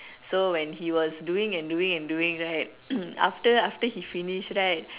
so when he was doing and doing and doing right after after he finish right